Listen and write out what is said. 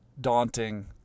daunting